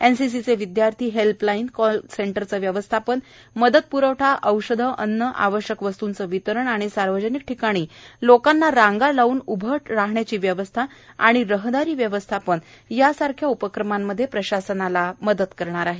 एनसीसीचे विदयार्थी helpline call सेंटरचे व्यवस्थापन मदत प्रवठा औषधं अन्न आवश्यक वस्तूंचं वितरण आणि सार्वजनिक ठिकाणी लोकांना रांगा लावून उभे राहण्याची व्यवस्था आणि रहदारी व्यवस्थापन यासारख्या उपक्रमात प्रशासनाला मदत करणार आहेत